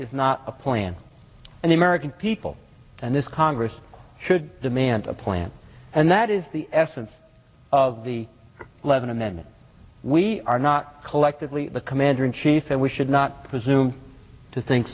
is not a plan and the american people and this congress should demand a plan and that is the essence of the levin amendment we are not collectively the commander in chief and we should not presume to think